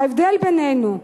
ההבדל בינינו,